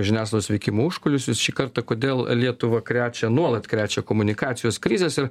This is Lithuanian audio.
žiniasklaidos veikimo užkulisius šį kartą kodėl lietuvą krečia nuolat krečia komunikacijos krizės ir